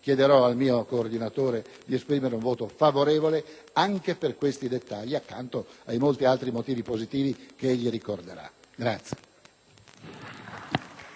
chiederò al mio coordinatore di esprimere un voto favorevole anche per questi dettagli, accanto ai molti altri motivi positivi che egli ricorderà.